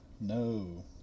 No